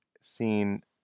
seen